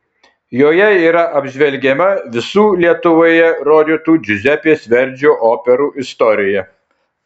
joje yra apžvelgiama visų lietuvoje rodytų džiuzepės verdžio operų istorija